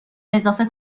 اضافه